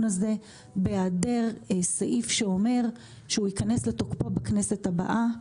הזה בהיעדר סעיף שאומר שהוא ייכנס לתוקפו בכנסת הבאה.